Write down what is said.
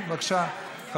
תחלקי, בבקשה.